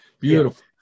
Beautiful